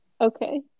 Okay